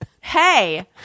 hey